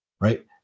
right